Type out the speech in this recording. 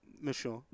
Monsieur